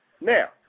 Now